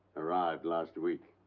arrived last week.